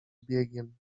biegiem